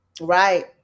Right